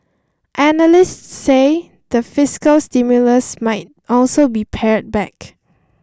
analysts say the fiscal stimulus might also be pared back